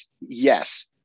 yes